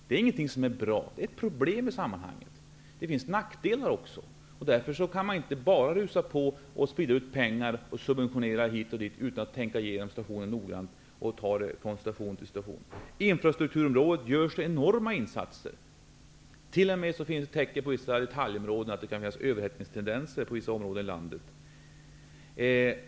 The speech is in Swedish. Det är ett problem att det i sammanhanget också finns nackdelar. Man kan därför inte rusa i väg och sprida ut pengar, dvs. subventionera än hit än dit. Först måste man tänka igenom situationen och därefter ta steg för steg. På infrastrukturområdet görs enorma insatser. På vissa detaljområden finns det t.o.m. tecken på överhettningstendenser i vissa områden i landet.